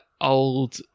old